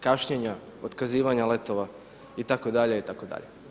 Kašnjenja, otkazivanja letova itd., itd.